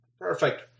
perfect